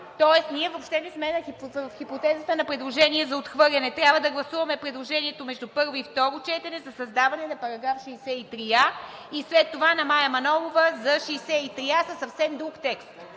тоест ние въобще не сме в хипотезата на предложение за отхвърляне. Трябва да гласуваме предложението между първо и второ четене за създаване на § 63а, и след това на Мая Манолова за § 63а със съвсем друг текст.